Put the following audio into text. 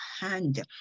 hand